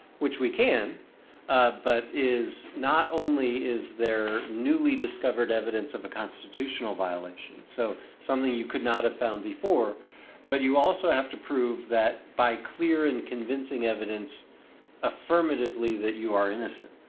which we can but is not only is there newly discovered evidence of a constitutional violation so something you could not have found before but you also have to prove that by clear and convincing evidence affirmatively that you are innocent.